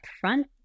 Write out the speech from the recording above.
front